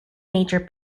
major